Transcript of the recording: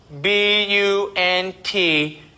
B-U-N-T